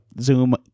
Zoom